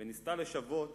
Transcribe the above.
וניסתה לשוות